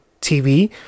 TV